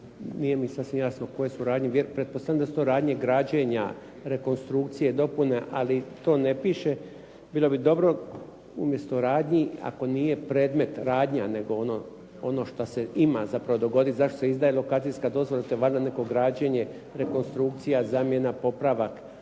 Nije mi sasvim jasno koje su radnje, pretpostavljam da su to radnje građenja, rekonstrukcije, dopune, ali to ne piše. Bilo bi dobro umjesto radnji ako nije predmet radnja, nego ono što se ima zapravo dogoditi, zašto se izdaje lokacijska dozvola i to je valjda neko građenje, rekonstrukcija, zamjena, popravak,